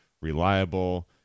reliable